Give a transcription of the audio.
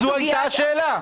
זאת השאלה.